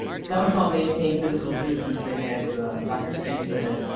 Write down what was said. somehow maintain physical distancing, as dr. singh said.